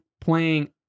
playing